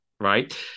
Right